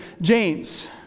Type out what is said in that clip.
James